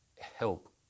help